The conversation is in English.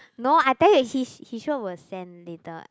no I tell you he is he sure will send later and